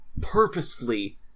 purposefully